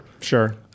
sure